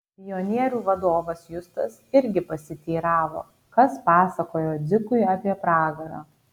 pionierių vadovas justas irgi pasiteiravo kas pasakojo dzikui apie pragarą